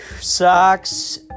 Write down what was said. socks